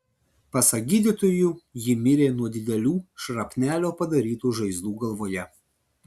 pasak gydytojų ji mirė nuo didelių šrapnelio padarytų žaizdų galvoje